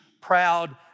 proud